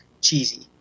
cheesy